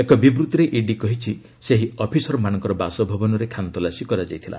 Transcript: ଏକ ବିବୃଭିରେ ଇଡି କହିଛି ସେହି ଅଫିସରମାନଙ୍କର ବାସଭବନରେ ଖାନତଲାସି କରାଯାଇଥିଲା